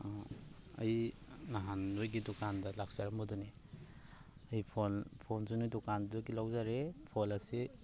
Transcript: ꯑꯩ ꯅꯍꯥꯟ ꯅꯣꯏꯒꯤ ꯗꯨꯀꯥꯟꯗ ꯂꯥꯛꯆꯔꯝꯕꯗꯨꯅꯤ ꯑꯩ ꯐꯣꯟ ꯐꯣꯟꯁꯨ ꯅꯣꯏ ꯗꯨꯀꯥꯟꯗꯨꯗꯒꯤ ꯂꯧꯖꯔꯦ ꯐꯣꯟ ꯑꯁꯤ